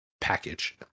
package